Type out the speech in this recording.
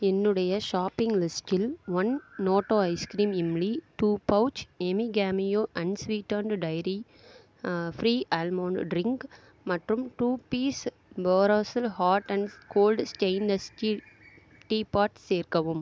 என்னுடைய ஷாப்பிங் லிஸ்டில் one Noto ice cream imli two pouch Epigamia unsweetened dairy free almond drink மற்றும் two piece Borosil hot and cold stainless tea tea pot சேர்க்கவும்